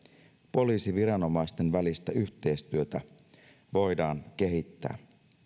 poliisiviranomaisten välistä yhteistyötä voidaan kehittää